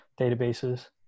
databases